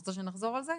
את רוצה שנחזור על זה?